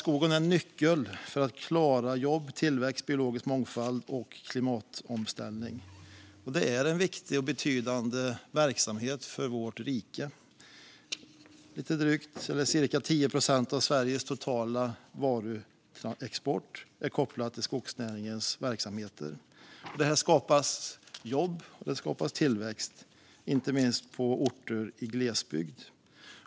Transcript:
Skogen är en nyckel för att klara jobb, tillväxt, biologisk mångfald och klimatomställning. Det är en viktig och betydande verksamhet för vårt rike. Cirka 10 procent av Sveriges totala varuexport är kopplad till skogsnäringens verksamheter, och det skapar jobb och tillväxt inte minst på orter i glesbygd.